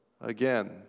again